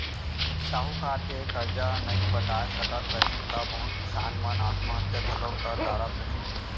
साहूकार के करजा नइ पटाय सकत रहिन त बहुत किसान मन आत्म हत्या घलौ कर डारत रहिन